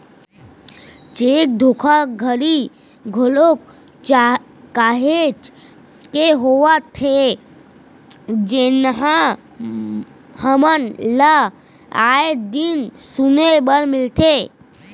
cheque धोखाघड़ी घलोक काहेच के होवत हे जेनहा हमन ल आय दिन सुने बर मिलथे